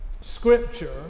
scripture